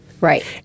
Right